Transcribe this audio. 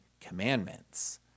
commandments